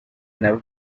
never